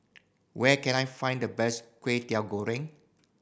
where can I find the best Kway Teow Goreng